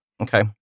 Okay